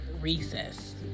Recess